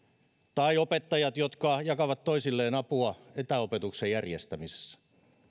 tai opettajat jotka jakavat toisilleen apua etäopetuksen järjestämisessä